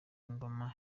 ingoma